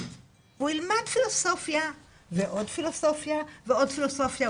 הוא יילמד פילוסופיה ועוד פילוסופיה ועוד פילוסופיה,